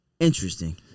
Interesting